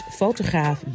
fotograaf